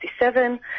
1967